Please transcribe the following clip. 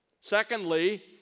Secondly